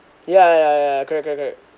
ya ya ya correct correct